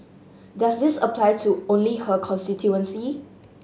does this apply to only her constituency